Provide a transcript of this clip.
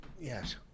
Yes